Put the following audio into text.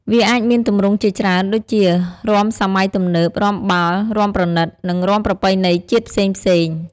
វាអាចមានទម្រង់ជាច្រើន ដូចជា រាំសម័យទំនើប រាំបាល់ រាំប្រណិត និងរាំប្រពៃណីជាតិផ្សេងៗ។